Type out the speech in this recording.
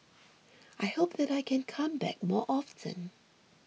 I hope that I can come back more often